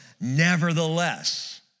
Nevertheless